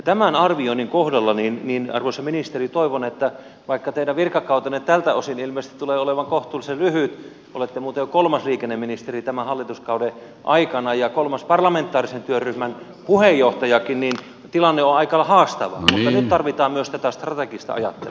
tämän arvioinnin kohdalla arvoisa ministeri tarvitaan vaikka teidän virkakautenne tältä osin ilmeisesti tulee olemaan kohtuullisen lyhyt olette muuten jo kolmas liikenneministeri tämän hallituskauden aikana ja kolmas parlamentaarisen työryhmän puheenjohtajakin niin tilanne on aika lailla haastava nyt myös tätä strategista ajattelua